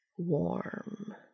Warm